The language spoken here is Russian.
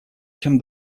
чем